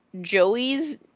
Joey's